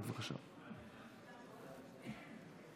לרשותך.